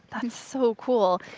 that's so cool.